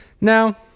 Now